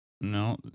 No